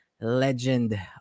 Legend